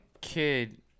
Kid